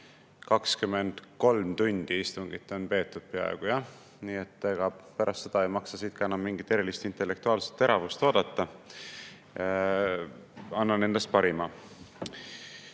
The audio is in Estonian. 23 tundi istungit on peetud, jah. Nii et ega pärast seda ei maksa siit enam mingit erilist intellektuaalset teravust oodata, aga annan endast parima. Nüüd,